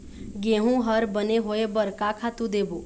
गेहूं हर बने होय बर का खातू देबो?